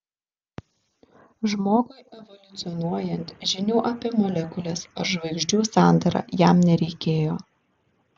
žmogui evoliucionuojant žinių apie molekules ar žvaigždžių sandarą jam nereikėjo